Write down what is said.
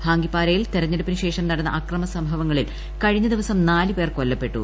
ഭാങ്കിപ്പാരയിൽ തിരഞ്ഞെടുപ്പിനുശേഷ്ട് നടന്ന അക്രമ സംഭവങ്ങളിൽ കഴിഞ്ഞ ദിവസം നാല് പേർ കൊല്ലപ്പെട്ടു